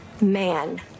man